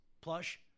plush